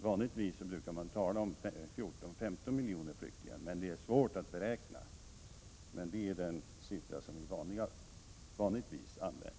Vanligtvis brukar man tala om 14-15 miljoner flyktingar. Det är svårt att beräkna, men det är den siffra som vanligtvis nämns.